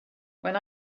when